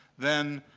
then,